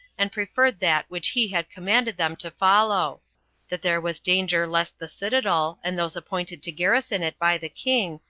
and preferred that which he had commanded them to follow that there was danger lest the citadel, and those appointed to garrison it by the king,